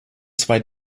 zwei